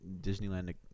Disneyland